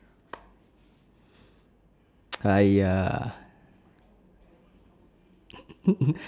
!aiya!